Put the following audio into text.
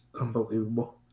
unbelievable